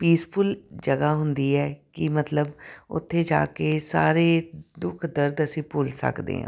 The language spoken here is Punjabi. ਪੀਸਫੁਲ ਜਗ੍ਹਾ ਹੁੰਦੀ ਹੈ ਕਿ ਮਤਲਬ ਉੱਥੇ ਜਾ ਕੇ ਸਾਰੇ ਦੁੱਖ ਦਰਦ ਅਸੀਂ ਭੁੱਲ ਸਕਦੇ ਹਾਂ